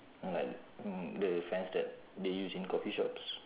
like the fans that they use in coffee shops